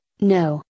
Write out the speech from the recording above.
no